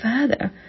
further